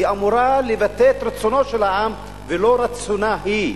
שהיא אמורה לבטא את רצונו של העם ולא את רצונה היא.